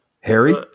Harry